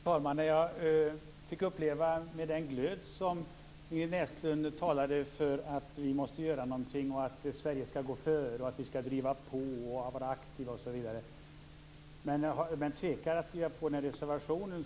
Fru talman! Jag fick uppleva den glöd med vilken Ingrid Näslund talade för att vi måste göra någonting, att Sverige skall gå före, driva på, vara aktivt osv. Men hon tvekar att skriva under reservationen.